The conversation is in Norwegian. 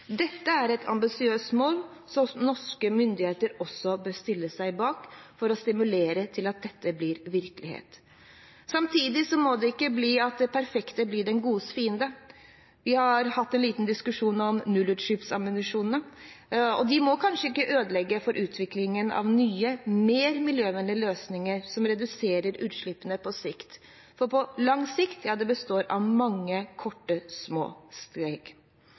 Dette er et ambisiøst mål som norske myndigheter også bør stille seg bak, og stimulere til at dette blir virkelighet. Samtidig må det ikke bli slik at det perfekte blir det godes fiende. Vi har hatt en liten diskusjon om nullutslippsambisjonene, og de må ikke ødelegge for utviklingen av nye, mer miljøvennlige løsninger som reduserer utslippene på sikt, for «på sikt» består av mange korte, små